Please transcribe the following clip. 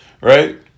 Right